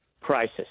crisis